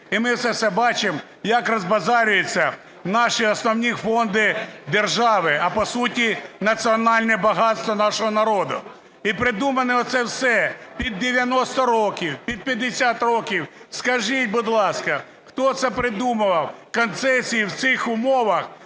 І ми це все бачимо, як розбазарюються наші основні фонди держави, а по суті, національне багатство нашого народу. І придумано оце все під 90 років, під 50 років. Скажіть, будь ласка, хто це придумав, концесію в цих умовах,